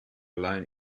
line